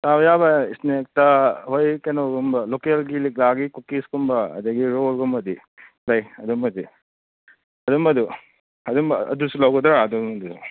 ꯆꯥꯕ ꯌꯥꯕ ꯏꯁꯅꯦꯛꯇ ꯑꯩꯈꯣꯏ ꯀꯩꯅꯣꯒꯨꯝꯕ ꯂꯣꯀꯦꯜꯒꯤ ꯂꯤꯛꯂꯥꯒꯤ ꯀꯣꯀꯤꯁꯀꯨꯝꯕ ꯑꯗꯒꯤ ꯔꯣꯜꯒꯨꯝꯕꯗꯤ ꯂꯩ ꯑꯗꯨꯝꯕꯗꯤ ꯑꯗꯨꯝꯕꯗꯨ ꯑꯗꯨꯝꯕ ꯑꯗꯨꯁꯨ ꯂꯩꯒꯗ꯭ꯔꯥ ꯑꯗꯣꯝꯒꯤꯗꯣ